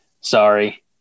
Sorry